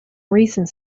recent